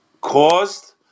caused